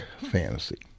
fantasy